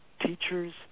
teachers